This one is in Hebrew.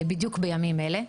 בדיוק בימים אלה.